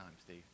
Steve